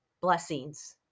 Blessings